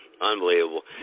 Unbelievable